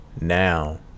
now